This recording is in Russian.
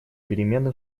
перемены